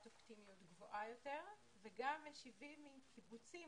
אופטימיות גבוהה יותר וגם משיבים מקיבוצים